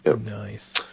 Nice